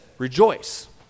Rejoice